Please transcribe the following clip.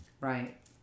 Right